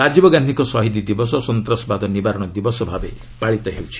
ରାଜୀବ ରାନ୍ଧିଙ୍କ ଶହୀଦ୍ ଦିବସ ସନ୍ତାସବାଦ ନିବାରଣ ଦିବସ ଭାବେ ପାଳିତ ହେଉଛି